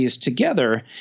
together